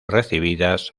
recibidas